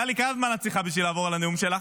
טלי, כמה זמן את צריכה בשביל לעבור על הנאום שלך?